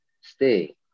stay